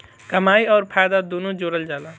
कमाई अउर फायदा दुनू जोड़ल जला